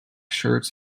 shirts